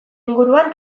inguruan